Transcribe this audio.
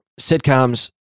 sitcoms